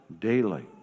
daily